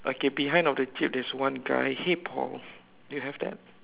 okay behind of the jeep there is one guy hey Paul do you have that